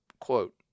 Quote